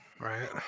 right